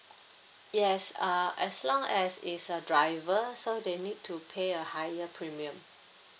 yes uh as long as it's a driver so they need to pay a higher premium